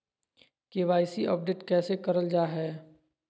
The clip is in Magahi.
के.वाई.सी अपडेट कैसे करल जाहै?